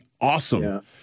awesome